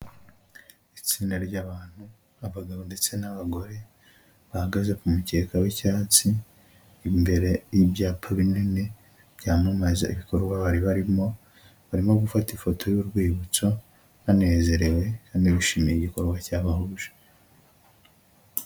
Itsinda ry'abantu abagabo ndetse n'abagore, bahagaze ku mukeka w'icyatsi, imbere y'ibyapa binini byamamaza ibikorwa bari barimo, barimo gufata ifoto y'urwibutso banezerewe kandi bishimiye igikorwa cyabahuje.